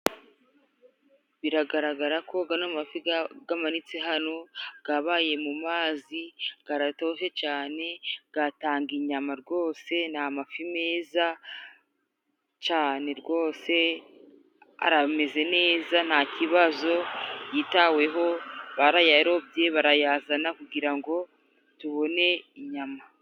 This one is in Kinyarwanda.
Biragaragara ko ano mafi amanitse hano yabaye mu mazi. Aradoze cyane, atanga inyama rwose. Ni amafi meza cyane rwose arameze neza, nta kibazo. Yitaweho, barayarobye, barayazana ngo tubone inyama.